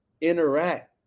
interact